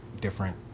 different